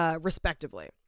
respectively